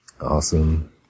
Awesome